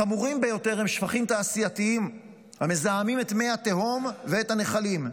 החמורים ביותר הם שפכים תעשייתיים המזהמים את מי התהום ואת הנחלים.